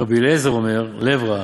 רבי אלעזר אומר, לב רע.